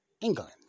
England